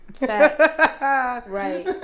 Right